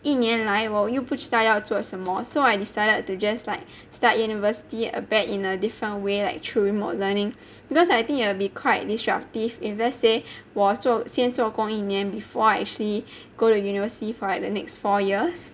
一年来我又不知道要做什么 so I decided to just like start university albeit in a different way like through remote learning because I think it will be quite disruptive if let's say 我做先做工一年 before I actually go to university for like the next four years